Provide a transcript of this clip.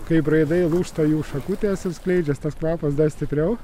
kai braidai lūžta jų šakutės ir skleidžias tas kvapas dar stipriau